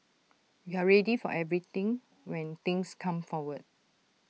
we're ready for everything when things come forward